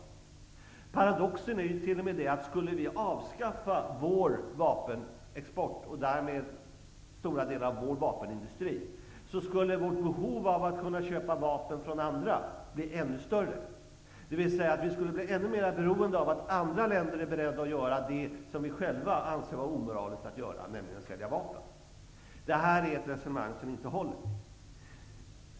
Paradoxen är t.o.m. att skulle vi avskaffa vår vapenexport och därmed stora delar av vår vapenindustri skulle vårt behov av att kunna köpa vapen från andra bli ännu större. Det vill säga att vi skulle bli ännu mer beroende av att andra länder är beredda att göra det som vi själva anser vara omoraliskt att göra, nämligen att sälja vapen. -- Det är ett resonemang som inte håller.